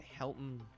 Helton